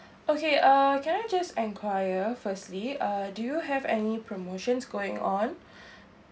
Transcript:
okay uh can I just enquire firstly uh do you have any promotions going on